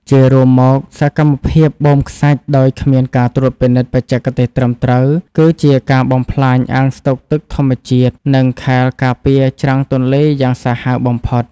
ជារួមមក សកម្មភាពបូមខ្សាច់ដោយគ្មានការត្រួតពិនិត្យបច្ចេកទេសត្រឹមត្រូវ គឺជាការបំផ្លាញអាងស្តុកទឹកធម្មជាតិ និងខែលការពារច្រាំងទន្លេយ៉ាងសាហាវបំផុត។